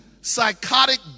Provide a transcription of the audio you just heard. psychotic